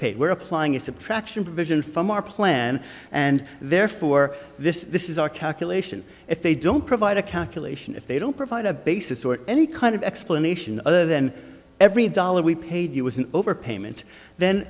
paid were applying if the traction provision from our plan and therefore this is this is our calculation if they don't provide a calculation if they don't provide a basis or any kind of explanation other then every dollar we paid you is an overpayment then